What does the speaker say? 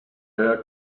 her